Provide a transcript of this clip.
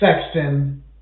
Sexton